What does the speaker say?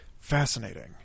fascinating